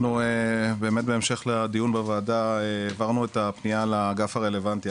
בהמשך לדיון בוועדה העברנו את הפנייה לאגף הרלוונטי,